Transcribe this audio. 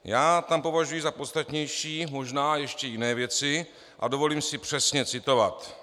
Já tam považuji za podstatnější možná ještě jiné věci a dovolím si přesně citovat: